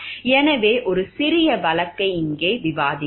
எனவே ஒரு சிறிய வழக்கை இங்கே விவாதிப்போம்